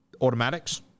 Automatics